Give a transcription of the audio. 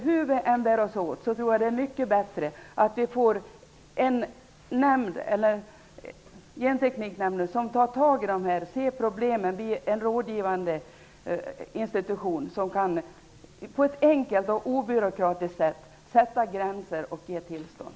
Hur vi än bär oss åt är det mycket bättre att Gentekniknämnden ser över problemen och blir en rådgivande institution som enkelt och obyråkratiskt kan sätta gränser och ge tillstånd.